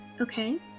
Okay